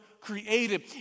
created